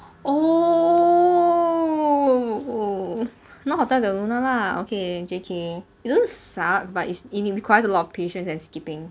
oh not hotel de luna lah okay J_K it doesn't suck but it requires a lot of patience and skipping